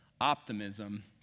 optimism